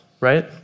right